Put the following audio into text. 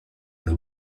una